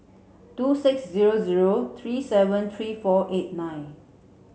two six zero zero three seven three four eight nine